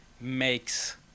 makes